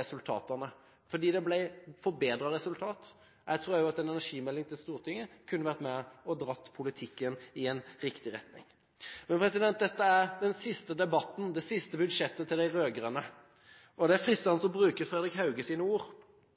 resultatene – fordi det ble forbedret resultat. Jeg tror også at en energimelding til Stortinget kunne vært med og dratt politikken i riktig retning. Men dette er den siste debatten og det siste budsjettet til de rød-grønne, og det er fristende å bruke Frederic Hauges ord: